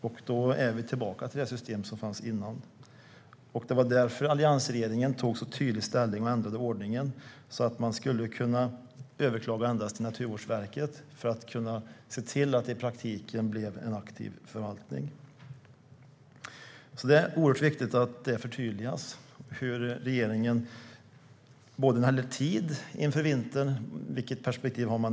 Då kommer vi tillbaka till det system som fanns förut. Det var därför alliansregeringen tog så tydlig ställning och ändrade ordningen så att man skulle kunna överklaga endast till Naturvårdsverket - för att se till att det i praktiken blev en aktiv förvaltning. Det är oerhört viktigt att det förtydligas vilket perspektiv regeringen har när det gäller tid inför vintern.